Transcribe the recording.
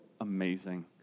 amazing